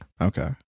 Okay